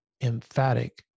emphatic